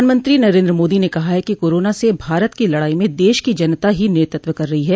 प्रधानमंत्री नरेन्द्र मोदी ने कहा है कि कोरोना से भारत की लड़ाई में देश की जनता ही नेतृत्व कर रही है